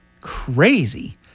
Crazy